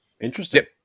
interesting